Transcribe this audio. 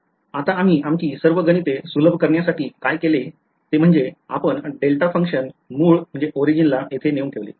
आता आम्ही आमची सर्व गणिते सुलभ करण्यासाठी काय केले ते म्हणजे आपण डेल्टा फंक्शन मूळ येथे ठेवला